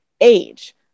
age